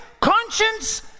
conscience